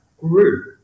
grew